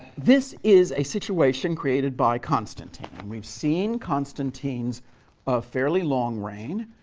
this is a situation created by constantine. and we've seen constantine's ah fairly long reign